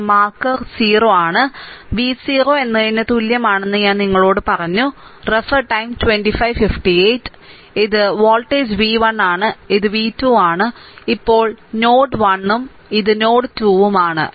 ഇത് marker o ആണ് v 0 എന്നതിന് തുല്യമാണെന്ന് ഞാൻ നിങ്ങളോട് പറഞ്ഞു ഇത് വോൾട്ടേജ് v 1 ആണ് ഇത് v 2 ആണ് ഇപ്പോൾ നോഡ് 1 ഇത് നോഡ് 1 ഉം ഇത് നോഡ് 2 ഉം ആണ്